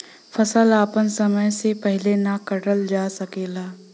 फसल आपन समय से पहिले ना काटल जा सकेला